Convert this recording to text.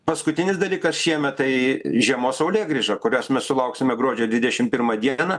paskutinis dalykas šiemet tai žiemos saulėgrįža kurios mes sulauksime gruodžio dvidešim pirmą dieną